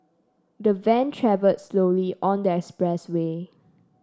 the van travelled slowly on the expressway